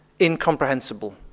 incomprehensible